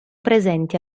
presenti